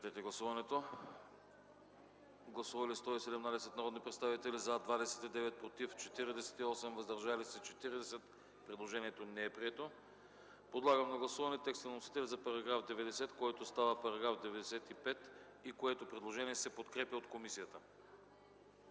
от комисията. Гласували 117 народни представители: за 29, против 48, въздържали се 40. Предложението не е прието. Подлагам на гласуване текста на вносителя за § 90, който става § 95, и което предложение се подкрепя от комисията.